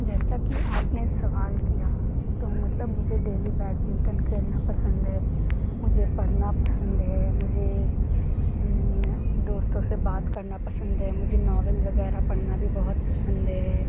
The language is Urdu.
جیسا کہ آپ نے سوال کیا تو مطلب مجھے ڈیلی بیڈمنٹن کھیلنا پسند ہے مجھے پڑھنا پسند ہے مجھے دوستوں سے بات کرنا پسند ہے اور مجھے ناول وغیرہ پڑھنا بھی بہت پسند ہے